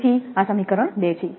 તેથી આ સમીકરણ 2 છે